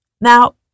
Now